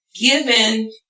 Given